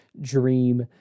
dream